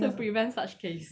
to prevent such case